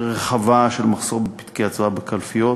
רחבה של מחסור בפתקי הצבעה בקלפיות.